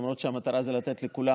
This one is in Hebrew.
ולמרות שהמטרה היא לתת לכולם,